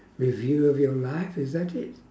review of your life is that it